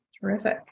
Terrific